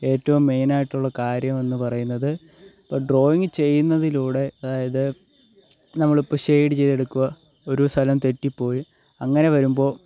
ഏറ്റവും മെയിനായിട്ടുള്ള കാര്യം എന്ന് പറയുന്നത് ഡ്രോയിങ് ചെയ്യുന്നതിലൂടെ അതായത് നമ്മളിപ്പോൾ ഷെയ്ഡ് ചെയ്യാൻ എടുക്കുക ഒരു സ്ഥലം തെറ്റിപ്പോയി അങ്ങനെ വരുമ്പോൾ